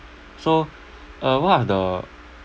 so uh what are the